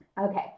Okay